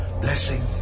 Blessing